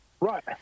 Right